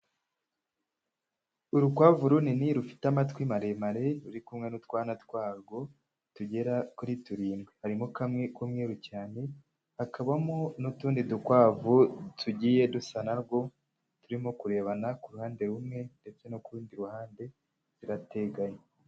Urukwavu runini rufite amatwi maremare ruri kumwe n'utwana twarwo tugera kuri turindwi, harimo kamwe k'umweru cyane hakabamo n'utundi dukwavu tugiye dusa narwo turimo kurebana ku ruhande rumwe ndetse no ku rundi ruhande turateganye.